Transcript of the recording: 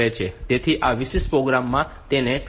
તેથી આ વિશિષ્ટ પ્રોગ્રામમાં તેને 28